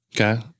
Okay